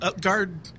guard